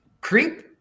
creep